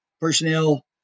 personnel